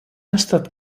estat